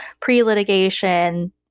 pre-litigation